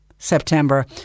September